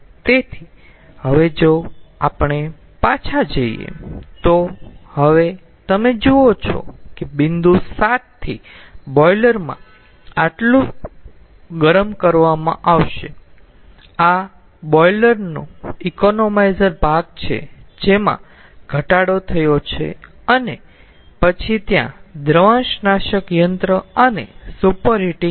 તેથી હવે જો પાછા જોઈએ તો હવે તમે જુઓ કે બિંદુ 7 થી બોઈલર માં આટલું જ ગરમ કરવામાં આવશે આ બોઈલર નો ઇકોનોમાઈઝર ભાગ છે જેમાં ઘટાડો થયો છે અને પછી ત્યાં દ્રવાંશનાશક યંત્ર અને સુપરહિટીંગ હશે